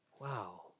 wow